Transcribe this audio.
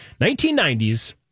1990s